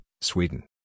Sweden